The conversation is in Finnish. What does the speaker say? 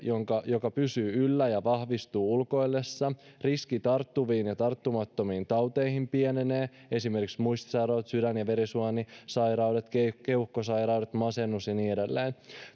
pysyy yllä ja vahvistuu ulkoillessa riski tarttuviin ja tarttumattomiin tauteihin pienenee esimerkiksi muistisairaudet sydän ja verisuonisairaudet keuhkosairaudet masennus ja niin edelleen